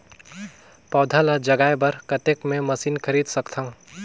पौधा ल जगाय बर कतेक मे मशीन खरीद सकथव?